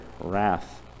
wrath